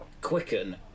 quicken